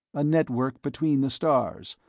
a network between the stars,